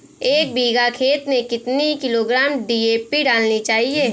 एक बीघा खेत में कितनी किलोग्राम डी.ए.पी डालनी चाहिए?